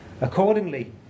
Accordingly